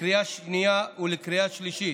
לקריאה שנייה ולקריאה שלישית.